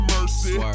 Mercy